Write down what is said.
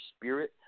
spirit